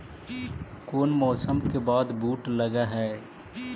कोन मौसम के बाद बुट लग है?